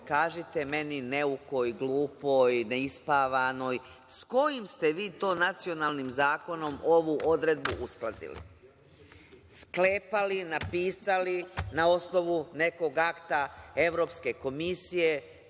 kažite meni neukoj, glupoj, neispavanoj, s kojim ste vi nacionalnim zakonom ovu odredbu uskladili? Sklepali, napisali, na osnovu nekog akta Evropske komisije,